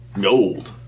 Gold